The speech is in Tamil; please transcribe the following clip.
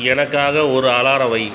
எனக்காக ஒரு அலாரம் வை